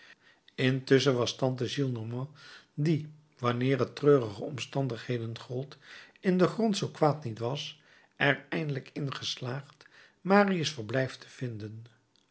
intusschen was tante gillenormand die wanneer het treurige omstandigheden gold in den grond zoo kwaad niet was er eindelijk in geslaagd marius verblijf te vinden